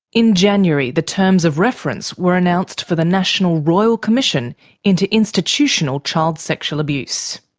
in january the terms of reference were announced for the national royal commission into institutional child sexual abuse.